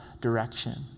direction